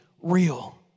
real